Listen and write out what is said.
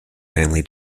family